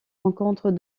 rencontre